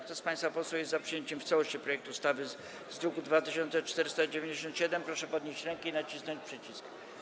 Kto z państwa posłów jest za przyjęciem w całości projektu ustawy z druku nr 2497, proszę podnieść rękę i nacisnąć przycisk.